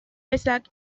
ezak